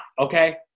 Okay